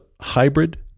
hybrid